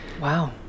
Wow